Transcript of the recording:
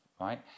right